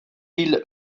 île